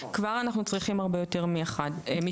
וכבר אנחנו צריכים הרבה יותר משלושה.